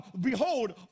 Behold